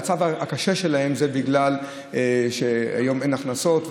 המצב הקשה שלהן הוא בגלל שהיום אין הכנסות,